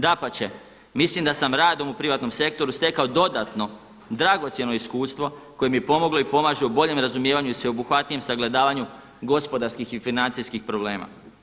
Dapače, mislim da sam radom u privatnom sektoru stekao dodatno dragocjeno iskustvo koje mi je pomoglo i pomaže u boljem razumijevanju i sveobuhvatnijem sagledavanju gospodarskih i financijskih problema.